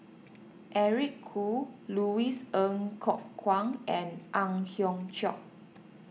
Eric Khoo Louis Ng Kok Kwang and Ang Hiong Chiok